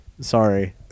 Sorry